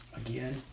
Again